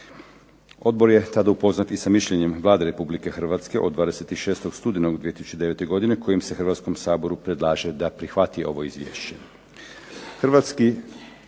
Odbor je tada upoznat i sa mišljenjem Vlade Republike Hrvatske od 26. studenog 2009. godine kojim se Hrvatskom saboru predlaže da prihvati ovo izvješće.